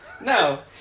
No